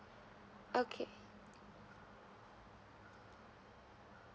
okay